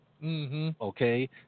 Okay